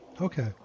Okay